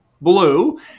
Blue